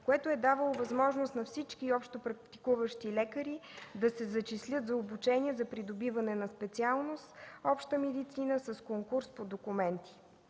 което е давало възможност на всички общопрактикуващи лекари да се зачислят за обучение за придобиване на специалност „обща медицина” с конкурс по документи.